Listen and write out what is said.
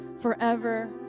forever